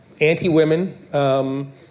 anti-women